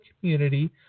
community